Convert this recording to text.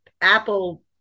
Apple